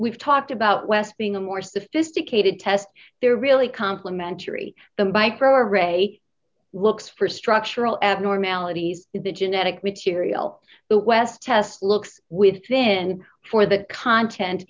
we've talked about west being a more sophisticated test they're really complementary the microarray looks for structural abnormalities in the genetic material but west test looks with then for the content